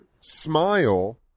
smile